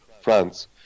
France